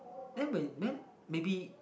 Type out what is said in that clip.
then when then maybe